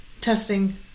testing